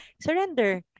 Surrender